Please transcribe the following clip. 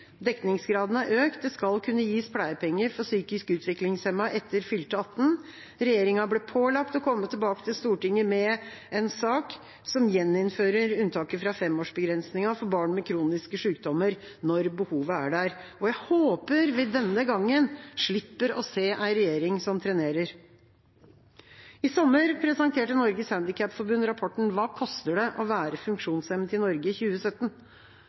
Dekningsgraden er økt, det skal kunne gis pleiepenger for psykisk utviklingshemmede etter fylte 18 år. Regjeringa ble pålagt å komme tilbake til Stortinget med en sak som gjeninnfører unntaket fra femårsbegrensningen for barn med kroniske sykdommer når behovet er der. Jeg håper vi denne gangen slipper å se en regjering som trenerer. I sommer presenterte Norges Handikapforbund rapporten «Hva koster det å være funksjonshemmet i Norge i 2017?».